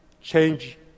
Change